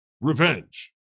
Revenge